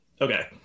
Okay